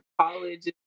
college